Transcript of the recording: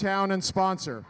town and sponsor